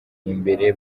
imbere